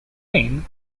thin